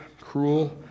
cruel